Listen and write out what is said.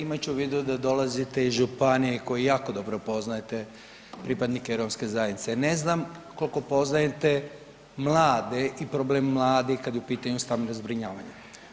Imajući u vidu da dolazite iz županije koju jako dobro poznajete pripadnike romske zajednice, ne znam koliko poznajete mlade i problem mladih kada je u pitanju stambeno zbrinjavanje.